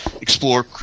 explore